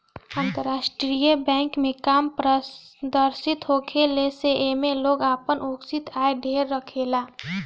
अंतरराष्ट्रीय बैंक में कम पारदर्शिता होखला से एमे लोग आपन अघोषित आय ढेर रखेला